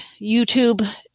YouTube